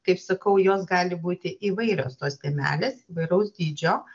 kaip sakau jos gali būti įvairios tos dėmelės įvairaus dydžio